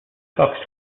fox